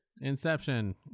Inception